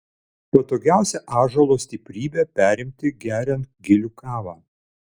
patogiausia ąžuolo stiprybę perimti geriant gilių kavą